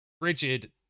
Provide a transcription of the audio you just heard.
frigid